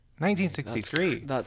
1963